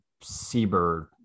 seabird